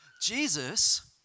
Jesus